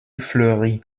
fleurit